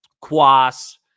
Quas